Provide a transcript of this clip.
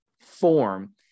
form